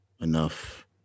enough